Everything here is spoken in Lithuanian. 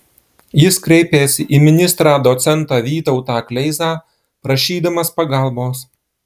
jis kreipėsi į ministrą docentą vytautą kleizą prašydamas pagalbos